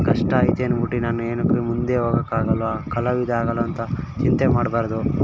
ಕಷ್ಟ ಐತೆ ಅನ್ಬುಟ್ಟಿ ನಾನು ಏನಕ್ಕು ಮುಂದೆ ಹೋಗಕ್ ಆಗಲ್ವಾ ಕಲಾವಿದ ಆಗಲ್ಲ ಅಂತ ಚಿಂತೆ ಮಾಡಬಾರ್ದು